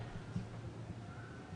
מצביעים.